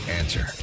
answer